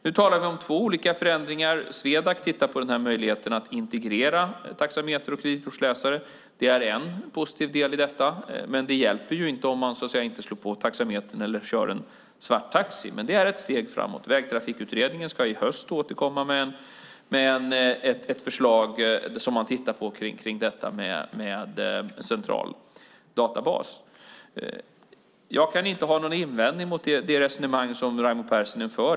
Nu talar vi om två olika förändringar. Swedac tittar på möjligheten att integrera taxameter och kreditkortsläsare. Det är en positiv del i detta, men det hjälper ju inte om man inte slår på taxametern eller om man kör svarttaxi. Det är dock ett steg framåt. Vägtrafikregisterutredningen ska i höst återkomma med ett förslag om detta med central databas som man tittar på. Jag kan inte ha någon invändning mot det resonemang Raimo Pärssinen för.